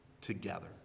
together